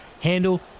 handle